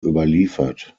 überliefert